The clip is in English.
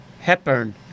Hepburn